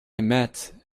met